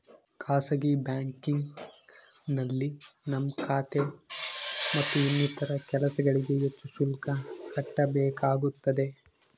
ಖಾಸಗಿ ಬ್ಯಾಂಕಿಂಗ್ನಲ್ಲಿ ನಮ್ಮ ಖಾತೆ ಮತ್ತು ಇನ್ನಿತರ ಕೆಲಸಗಳಿಗೆ ಹೆಚ್ಚು ಶುಲ್ಕ ಕಟ್ಟಬೇಕಾಗುತ್ತದೆ